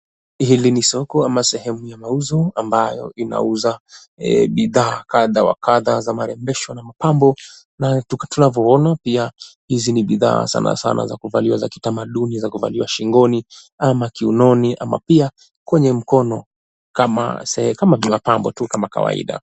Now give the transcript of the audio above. Hili ni soko ama sehemu ya mauzo ambayo inauza bidhaa kadha wa kadha za marembo na mapambesho na tukavyoona pia hizi ni bidhaa sana sana za kuvaliwa za kitamaduni za kuvaliwa shingoni ama kiunoni ama pia kwenye mkono kama kama vile mapambo tu kama kawaida.